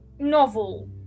novel